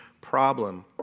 problem